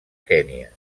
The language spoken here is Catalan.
kenya